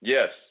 Yes